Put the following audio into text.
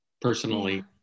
personally